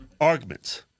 arguments